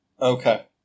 Okay